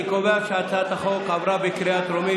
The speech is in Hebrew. אני קובע שהצעת החוק עברה בקריאה טרומית